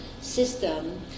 system